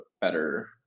better